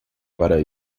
para